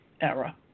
era